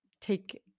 take